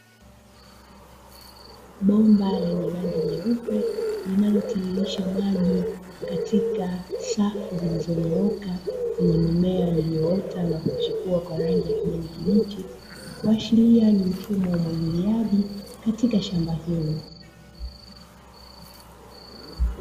Bomba lenye rangi nyeupe, linalotiririsha maji katika safu zilizonyooka kwenye mimea iliyoota na kuchipua kwa rangi ya kijani kibichi. Kuashiria ni mfumo wa umwagiliaji katika shamba hilo.